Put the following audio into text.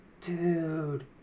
dude